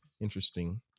interesting